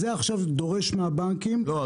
זה עכשיו דורש מהבנקים -- לא.